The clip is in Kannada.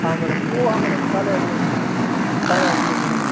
ಹಾಂ ಮೇಡಮ್ ಇಲ್ಲ ಮೇಡಮ್ ಖಾಲಿ ಆಗಿದೆ ಮೇಡಮ್ ಖಾಲಿ ಆಗಿದೆ ಮೇಡಮ್